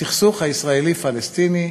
הסכסוך הישראלי פלסטיני,